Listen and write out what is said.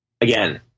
Again